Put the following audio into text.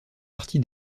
partie